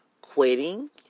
quitting